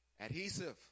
adhesive